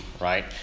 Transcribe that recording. right